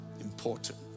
important